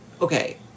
okay